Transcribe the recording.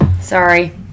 Sorry